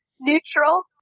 Neutral